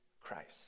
Christ